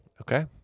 Okay